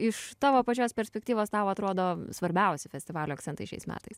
iš tavo pačios perspektyvos tau atrodo svarbiausi festivalio akcentai šiais metais